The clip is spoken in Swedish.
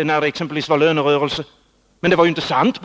andra håll, exempelvis när det var lönerörelse. Men påståendet var ju inte sant.